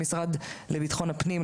למשרד לביטחון הפנים,